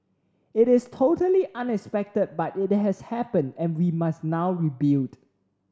it is totally unexpected but it has happened and we must now rebuild